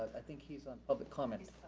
i think he's on public comment.